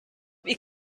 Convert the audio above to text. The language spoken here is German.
wie